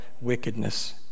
wickedness